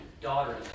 daughter